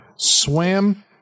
swam